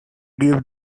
give